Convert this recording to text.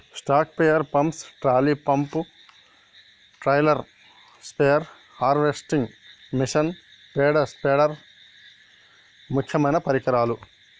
stroke sprayer pump, trolley pump, trailer sprayer, harvesting machine, పేడ స్పైడర్ ముక్యమైన పరికరాలు